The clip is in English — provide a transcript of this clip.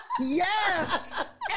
Yes